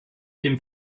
dem